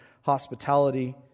hospitality